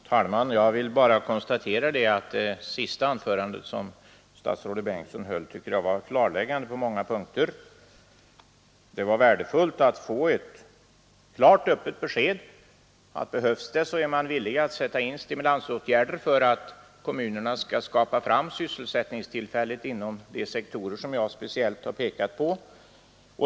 Herr talman! Jag vill bara konstatera att det sista anförandet som statsrådet Bengtsson höll var klarläggande på många punkter. Det var värdefullt att få ett klart öppet besked att behövs det så är man villig att sätta in stimulansåtgärder för att kommunerna skall skapa fram sysselsättningstillfällen inom de sektorer som jag speciellt pekat på.